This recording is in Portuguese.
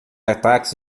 ataques